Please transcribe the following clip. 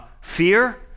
Fear